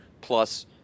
plus